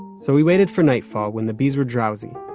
so he waited for nightfall, when the bees were drowsy,